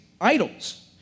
idols